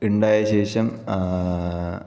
ഉണ്ടായ ശേഷം